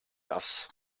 was